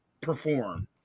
perform